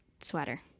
sweater